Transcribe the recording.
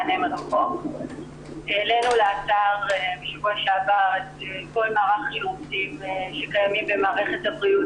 העלינו לאתר את כל המערכים שקיימים במערכת הבריאות